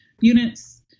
units